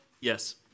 Yes